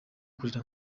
kurira